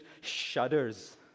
shudders